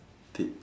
did